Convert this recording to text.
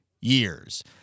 years